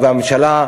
והממשלה,